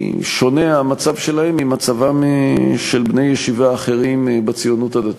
ששונה המצב שלהם ממצבם של בני ישיבה אחרים בציונות הדתית,